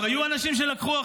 היו אנשים שלקחו אחריות.